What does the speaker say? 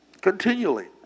Continually